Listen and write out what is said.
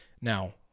Now